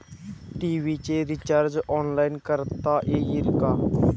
TV चे recharge online करता येईल का?